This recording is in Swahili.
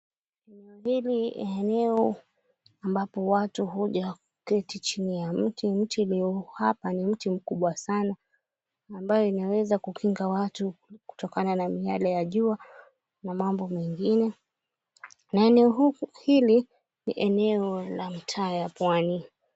Eneo hili ni eneo ambapo watu huja kuketi chini ya mti. Mti ulio hapa ni mti mkubwa sana ambao unaweza kukinga watu kutokana na miale ya jua na mambo mengine. Na eneo hili ni eneo la mitaa ya pwani.